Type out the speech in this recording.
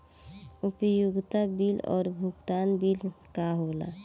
उपयोगिता बिल और भुगतान बिल का होला?